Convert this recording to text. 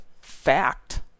fact